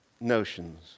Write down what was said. notions